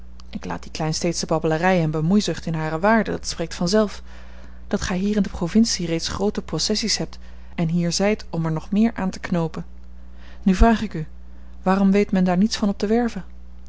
ik laat die kleinsteedsche babbelarij en bemoeizucht in hare waarde dat spreekt vanzelf dat gij hier in de provincie reeds groote possessies hebt en hier zijt om er nog meer aan te knoopen nu vraag ik u waarom weet men daar niets van op de werve